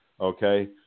okay